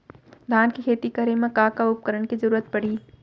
धान के खेती करे मा का का उपकरण के जरूरत पड़हि?